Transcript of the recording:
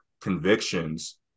convictions